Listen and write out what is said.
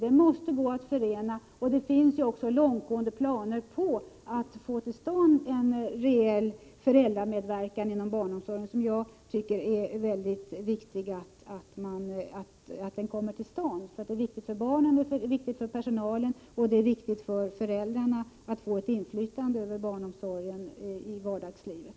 Det måste ju gå att förena, och det finns också långtgående planer på en reell föräldramedverkan inom barnomsorgen. Jag tycker det är väldigt viktigt att den kommer till stånd. Det är viktigt för barnen, det är viktigt för personalen och det är viktigt för föräldrarna att få ett inflytande över barnomsorgen i vardagslivet.